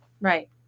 right